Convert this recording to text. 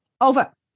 over